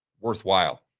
worthwhile